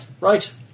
Right